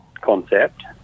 concept